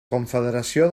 confederació